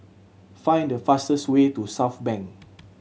find the fastest way to Southbank